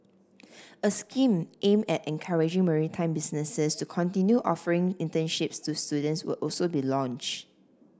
a scheme aim at encouraging maritime businesses to continue offering internships to students will also be launched